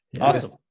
awesome